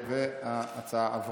ההצעה עברה.